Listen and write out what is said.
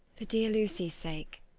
for dear lucy's sake,